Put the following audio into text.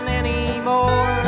anymore